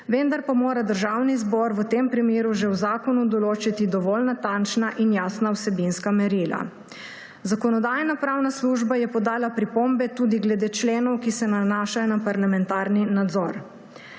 vendar pa mora Državni zbor v tem primeru že v zakonu določiti dovolj natančna in jasna vsebinska merila. Zakonodajno-pravna služba je podala pripombe tudi glede členov, ki se nanašajo na parlamentarni nadzor.